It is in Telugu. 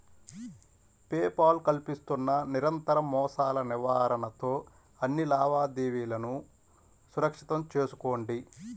పే పాల్ కల్పిస్తున్న నిరంతర మోసాల నివారణతో అన్ని లావాదేవీలను సురక్షితం చేసుకోండి